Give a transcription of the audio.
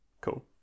Cool